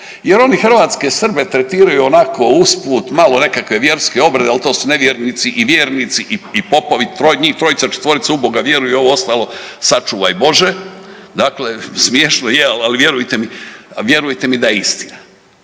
Jer oni hrvatske Srbe tretiraju onako uz put malo nekakve vjerske obrede, ali to su nevjernici, i vjernici i popovi, njih trojica, četvorica u Boga vjeruju a ovo ostalo sačuvaj Bože. Dakle, smiješno je, ali vjerujte mi da je istina.